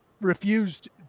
refused